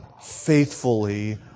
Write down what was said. faithfully